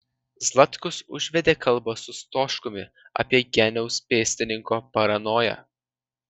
zlatkus užvedė kalbą su stoškumi apie geniaus pėstininko paranoją